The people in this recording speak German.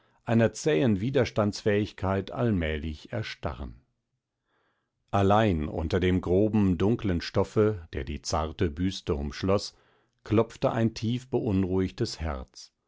einer zähen widerstandsfähigkeit allmählich erstarren allein unter dem groben dunklen stoffe der die zarte büste umschloß klopfte ein tief beunruhigtes herz